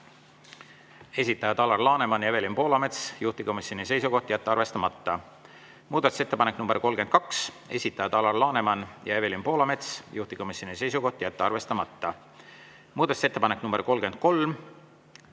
esitajad Alar Laneman ja Evelin Poolamets, juhtivkomisjoni seisukoht on jätta arvestamata. Muudatusettepanek nr 32, esitajad Alar Laneman ja Evelin Poolamets, juhtivkomisjoni seisukoht on jätta arvestamata. Muudatusettepanek nr 33,